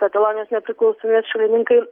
katalonijos nepriklausomybės šalininkai